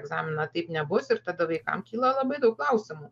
egzaminą taip nebus ir tada vaikam kyla labai daug klausimų